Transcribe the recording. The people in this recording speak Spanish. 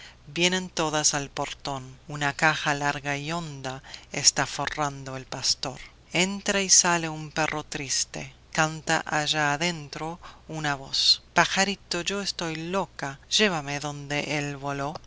vienen todas al portón una caja larga y honda está forrando el pastor entra y sale un perro triste canta allá adentro una voz pajarito yo estoy loca llévame donde él voló